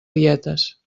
dietes